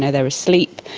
yeah they are asleep.